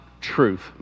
truth